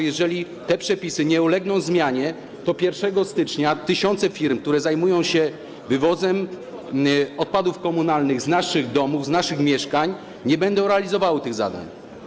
Jeżeli te przepisy nie ulegną zmianie, to 1 stycznia tysiące firm, które zajmują się wywozem odpadów komunalnych z naszych domów, z naszych mieszkań, nie będą realizowały tych zadań.